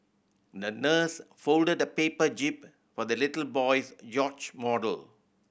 the nurse folded a paper jib for the little boy's yacht model